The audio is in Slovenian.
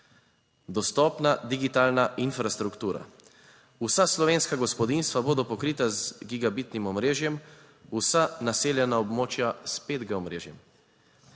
Dostopna digitalna infrastruktura, vsa slovenska gospodinjstva bodo pokrita z gigabitnim omrežjem, vsa naseljena območja s 5G omrežjem.